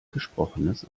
gesprochenes